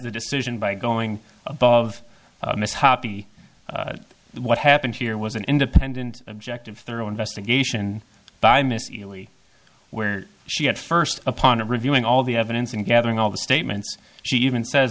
the decision by going above miss hobby what happened here was an independent objective thorough investigation by mysie only where she had first upon a reviewing all the evidence and gathering all the statements she even says